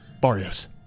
barrios